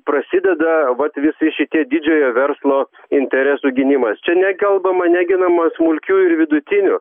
prasideda vat visi šitie didžiojo verslo interesų gynimas čia nekalbama neginamas smulkiųjų ir vidutinių